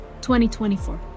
2024